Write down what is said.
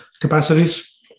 capacities